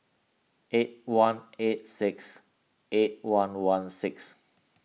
eight one eight six eight one one six